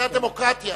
זאת הדמוקרטיה,